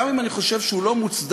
גם אם אני חושב שהוא לא מוצדק,